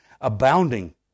Abounding